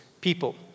people